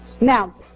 Now